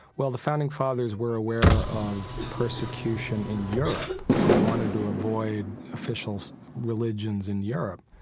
well the founding fathers were aware of persecution in europe, and they wanted to avoid official religions in europe.